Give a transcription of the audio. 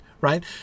right